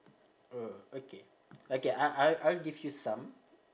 uh okay okay I'll I'll I'll give you some